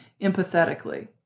empathetically